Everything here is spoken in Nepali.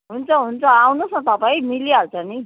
हुन्छ हुन्छ आउनुहोस् न तपाईँ मिलिहाल्छ नि